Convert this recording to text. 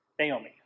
Naomi